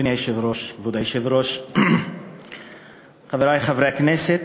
אדוני היושב-ראש, חברי חברי הכנסת,